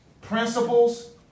principles